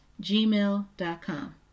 gmail.com